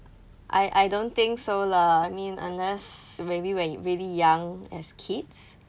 I I don't think so lah I mean unless maybe when really young as kids